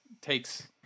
takes